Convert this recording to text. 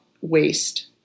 waste